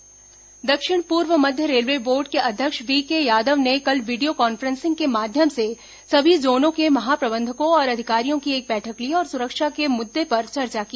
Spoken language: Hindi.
रेलवे बैठक दक्षिण पूर्व मध्य रेलवे बोर्ड के अध्यक्ष वीके यादव ने कल वीडियो कॉन्फ्रॅसिंग के माध्यम से सभी जोनों के महाप्रबंधकों और अधिकारियों की एक बैठक ली और सुरक्षा के मुद्दे पर चर्चा की